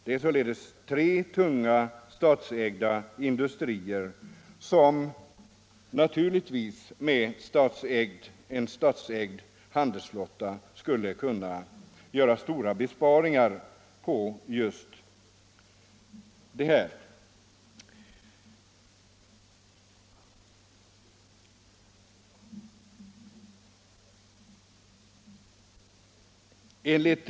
Det finns tre tunga statsägda industrier som med en statsägd handelsflotta naturligtvis skulle kunna göra stora besparingar på just det här området.